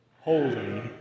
Holy